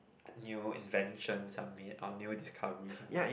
new invention some made or new discovery something